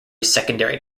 secondary